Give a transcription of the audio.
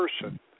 person